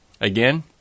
again